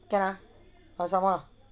can ah or some more